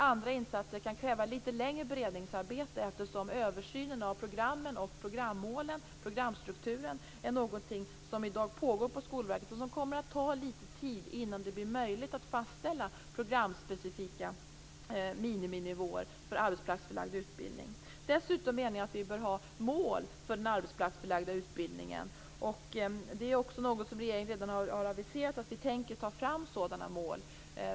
Andra insatser kan kräva litet längre beredningsarbete eftersom översynen av programmen, programmålen och programstrukturen i dag pågår på Skolverket. Det kommer att ta litet tid innan det blir möjligt att fastställa programspecifika miniminivåer för den arbetsplatsförlagda utbildningen. Dessutom menar jag att vi bör ha mål för den arbetsplatsförlagda utbildningen. Regeringen har redan aviserat att vi tänker ta fram sådana mål.